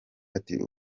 ati